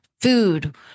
food